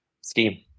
scheme